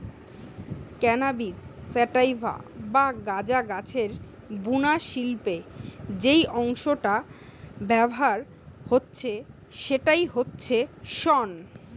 cannabis sativa বা গাঁজা গাছের বুনা শিল্পে যেই অংশটা ব্যাভার হচ্ছে সেইটা হচ্ছে শন